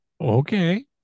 Okay